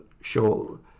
show